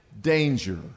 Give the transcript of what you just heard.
danger